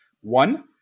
one